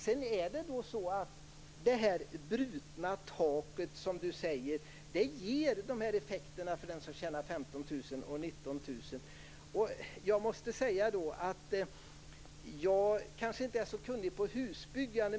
Det brutna taket, som Barbro Johansson talar om, ger dessa effekter för den som tjänar 15 000 kr respektive 19 000 kr. Jag kanske inte är så kunnig i husbyggande.